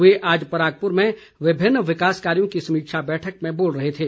ये आज परागपुर में विभिन्न विकास कार्यो की समीक्षा बैठक में बोल रहे थे